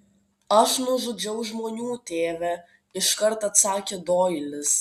aš nužudžiau žmonių tėve iškart atsakė doilis